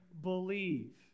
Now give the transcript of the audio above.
believe